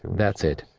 that's it,